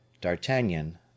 D'Artagnan